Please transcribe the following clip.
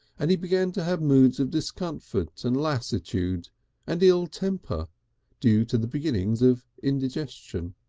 and he began to have moods of discomfort and lassitude and ill-temper due to the beginnings of indigestion.